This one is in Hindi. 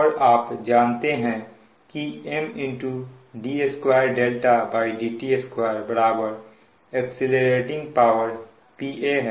और आप जानते हैं कि M d2dt2 accelerating power Pa है